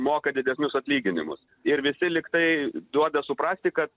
moka didesnius atlyginimus ir visi lyg tai duoda suprasti kad